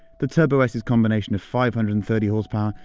the turbo s's combination of five hundred and thirty horsepower,